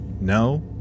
no